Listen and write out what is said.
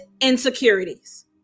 insecurities